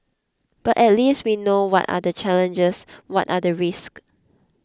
but at least we know what are the challenges what are the risk